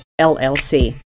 LLC